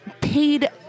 paid